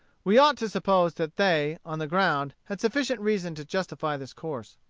we ought to suppose that they, on the ground, had sufficient reason to justify this course.